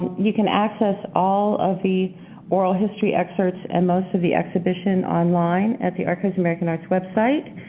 you can access all of the oral history excerpts and most of the exhibition online at the archives of american arts website,